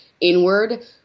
inward